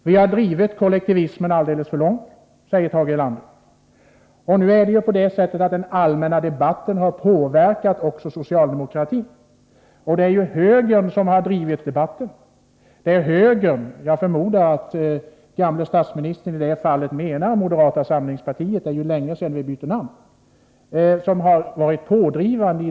Vi har drivit kollektivismen alldeles för långt, säger Tage Erlander; den allmänna debatten har nu påverkat också socialdemokratin, och det är högern som har drivit debatten. Även om det är länge sedan vårt parti bytte namn, förmodar jag att vår gamle f. d. statsminister menar att det i detta fall är moderata samlingspartiet som har varit pådrivande.